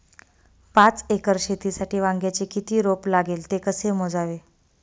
पाच एकर शेतीसाठी वांग्याचे किती रोप लागेल? ते कसे मोजावे?